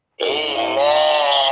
amen